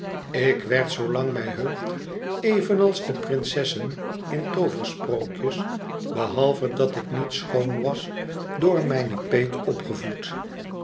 ik werd zoolang mij heugt evenals de prinsessen in tooversprookjes behalve dat ik niet schoon was door mijne peet opgevoed